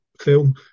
film